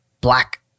Black